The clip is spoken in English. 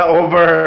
over